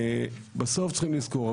בסוף צריכים לזכור,